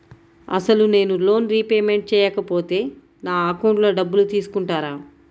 అసలు నేనూ loan repayment చేయకపోతే నా అకౌంట్లో డబ్బులు తీసుకుంటారా?